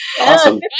Awesome